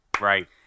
Right